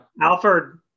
Alfred